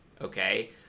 okay